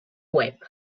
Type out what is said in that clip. web